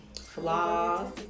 flaws